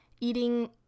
eating